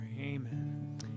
amen